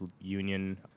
Union